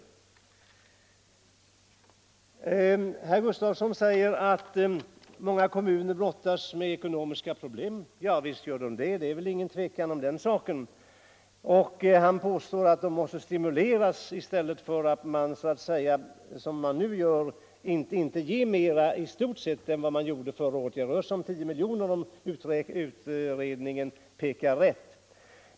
å Herr Gustavsson i Alvesta säger att många kommuner brottas med ekonomiska problem. Ja, visst gör de det, det är inget tvivel om den saken. Herr Gustavsson påstår att man måste stimulera dem i stället för att som nu i stort sett inte ge mer än man gjorde förra året. Det rör sig om 10 miljoner kronor, om utredningen pekar rätt.